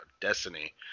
destiny